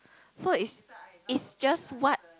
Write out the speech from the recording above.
so is is just what